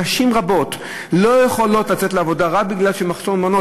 נשים רבות לא יכולות לצאת לעבודה רק בגלל המחסור במעונות.